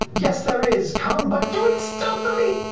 yes there is. come, but do it stealthily.